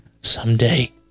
someday